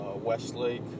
Westlake